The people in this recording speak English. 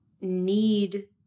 need